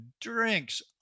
drinks